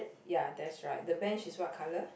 ya that's right the bench is what colour